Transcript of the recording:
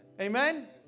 Amen